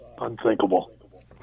unthinkable